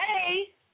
Hey